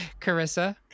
Carissa